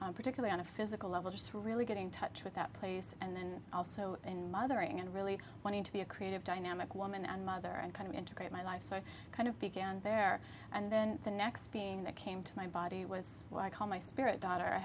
and particular on a physical level just really getting touch with that place and then also in mothering and really wanting to be a creative dynamic woman and mother and kind of integrate my life so i kind of began there and then the next being that came to my body was what i called my spirit daughter i